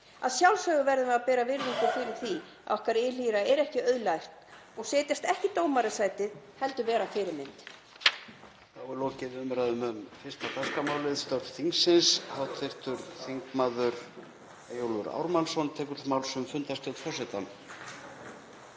Að sjálfsögðu verðum við að bera virðingu fyrir því að okkar ylhýra er ekki auðlært og setjast ekki í dómarasæti heldur vera fyrirmynd.